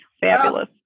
Fabulous